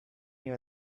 your